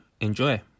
Enjoy